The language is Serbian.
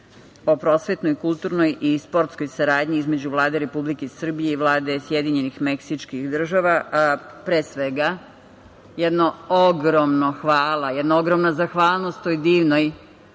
o prosvetnoj, kulturnoj i sportskoj saradnji između Vlade Republike Srbije i Vlade Sjedinjenih Meksičkih Država. Pre svega jedno ogromno hvala, jedna ogromna zahvalnost toj divnoj